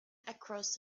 across